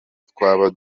twaba